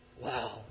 Wow